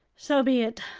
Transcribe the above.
so be it.